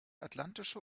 atlantische